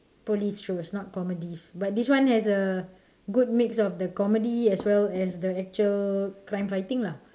police shows not comedies but this one has a good mix of the comedy as well as the actual crime fighting lah